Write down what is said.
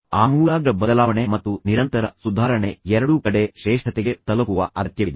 ಆಮೂಲಾಗ್ರ ಬದಲಾವಣೆ ಮತ್ತು ನಿರಂತರ ಸುಧಾರಣೆ ಎರಡೂ ಕಡೆ ಶ್ರೇಷ್ಠತೆಗೆ ತಲುಪುವ ಅಗತ್ಯವಿದೆ